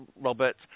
Robert